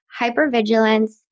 hypervigilance